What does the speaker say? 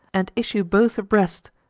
and issue both abreast,